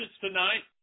tonight